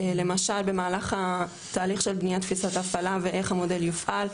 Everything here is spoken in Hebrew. למשל במהלך תהליך של תפיסת הפעלה ואיך המודל יופעל,